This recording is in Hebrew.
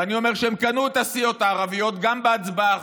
ואני אומר שהם קנו את הסיעות הערביות גם בהצבעה האחרונה,